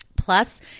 Plus